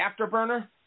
Afterburner